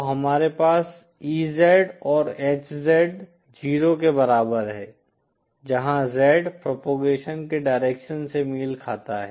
तो हमारे पास EZ और HZ 0 के बराबर है जहाँ Z प्रोपगेशन के डायरेक्शन से मेल खाता है